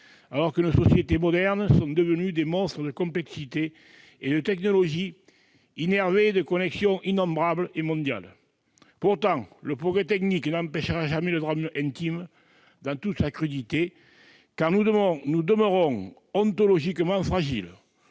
alors que nos sociétés modernes sont devenues des monstres de complexité et de technologie, innervés de connexions innombrables et mondiales. Pour autant, le progrès technique n'empêchera jamais le drame intime dans toute sa crudité, car nous demeurons ontologiquement fragiles.